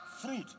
fruit